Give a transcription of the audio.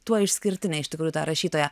tuo išskirtinė iš tikrųjų ta rašytoja